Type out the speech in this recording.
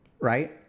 Right